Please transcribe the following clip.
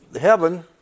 heaven